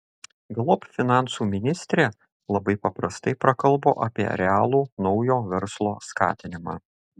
galop finansų ministrė labai paprastai prakalbo apie realų naujo verslo skatinimą